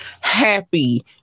happy